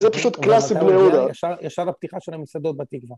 זה פשוט קלאסי בני יהודה. ישר בפתיחה של המסעדות בתקווה.